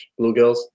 bluegills